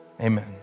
Amen